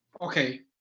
okay